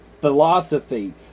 philosophy